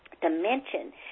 dimension